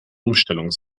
umstellung